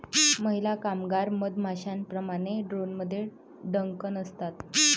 महिला कामगार मधमाश्यांप्रमाणे, ड्रोनमध्ये डंक नसतात